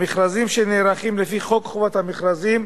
במכרזים שנערכים לפי חוק חובת המכרזים,